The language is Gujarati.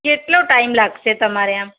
કેટલો ટાઈમ લાગશે તમારે આમ